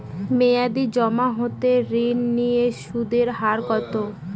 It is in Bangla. মেয়াদী জমা হতে ঋণ নিলে সুদের হার কত?